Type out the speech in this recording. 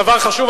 דבר חשוב.